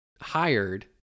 hired